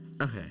Okay